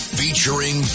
featuring